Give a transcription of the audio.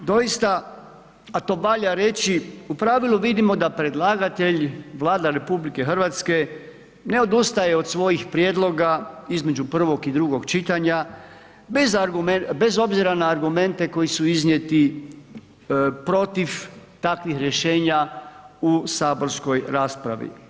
Doista, a to valja reći, u pravilu vidimo da predlagatelj, Vlada RH ne odustaje od svojih prijedloga između prvog i drugog čitanja bez obzira na argumente koji su iznijeti protiv takvih rješenja u saborskoj raspravi.